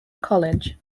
college